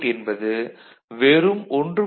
66 volt என்பது வெறும் 1